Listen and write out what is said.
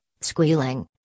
squealing